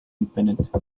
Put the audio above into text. independent